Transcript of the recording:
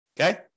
Okay